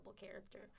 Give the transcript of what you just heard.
character